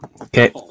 Okay